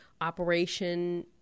operation